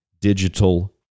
digital